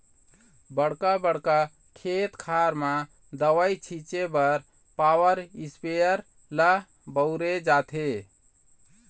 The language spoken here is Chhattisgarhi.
बड़का बड़का खेत खार म दवई छिंचे बर पॉवर इस्पेयर ल बउरे जाथे